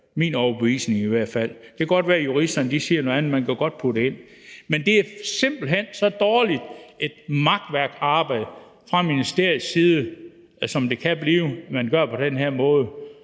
min overbevisning. Det kan godt være, at juristerne siger noget andet, og at man godt kan putte det ind. Men det er simpelt hen så dårligt et makværk, det arbejde fra ministeriets side, som det kan blive, når man gør det på den her måde.